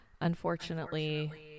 unfortunately